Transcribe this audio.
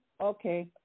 okay